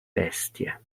bestie